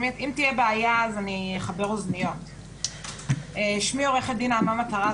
הנושא המרכזי שהטריד אותנו זה הנושא של חובת מסירת דואר אלקטרוני,